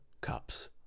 cups